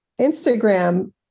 Instagram